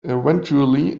eventually